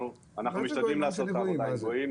--- אנחנו משתדלים לעשות את העבודה עם גויים,